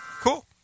cool